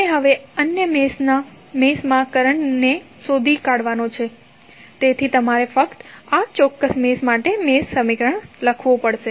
આપણે હવે અન્ય મેશમાં કરંટ શોધી કાઢવાનો છે તેથી તમારે ફક્ત આ ચોક્કસ મેશ માટે મેશ સમીકરણ લખવું પડશે